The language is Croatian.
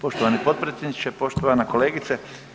Poštovani potpredsjedniče, poštovana kolegice.